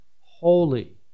holy